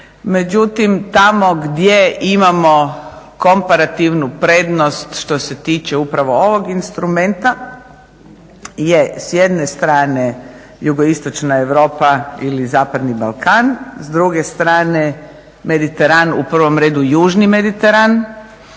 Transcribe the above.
Međutim tamo gdje imamo komparativnu prednost što se tiče upravo ovog instrumenta je s jedne strane jugoistočna Europa ili zapadni Balkan, s druge strane Mediteran, u prvom redu južni Mediteran,